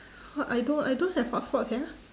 ho~ I don't I don't have hotspot sia